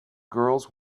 girls